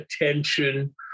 attention